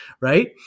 right